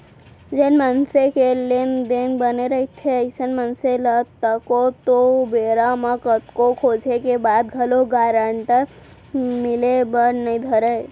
जेन मनसे के लेन देन बने रहिथे अइसन मनसे ल तको तो बेरा म कतको खोजें के बाद घलोक गारंटर मिले बर नइ धरय